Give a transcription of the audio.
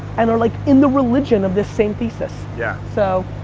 and are like in the religion of this same thesis. yeah. so